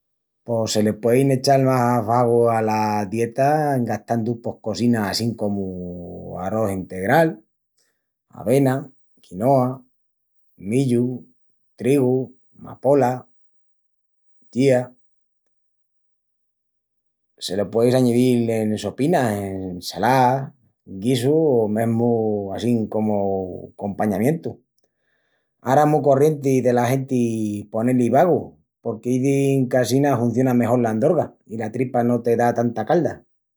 Pos se le puein echal más bagus ala dieta en gastandu pos cosinas assín comu arrós integral, avena, quinoa, millu, trigu, mapola, chía,… Se lo pueis añidil en sopinas, ensalás, guisus o mesmu assín comu compañamientu. Ara es mu corrienti dela genti poné-li bagus porqu'izin qu'assina hunciona mejol l'andorga i la tripa no te da tanta calda.